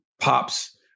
pops